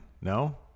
No